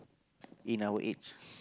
in our age